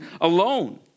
alone